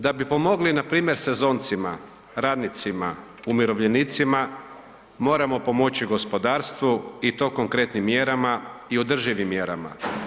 Da bi pomogli npr. sezoncima, radnicima, umirovljenicima, moramo pomoći gospodarstvu i to konkretnim mjerama i održivim mjerama.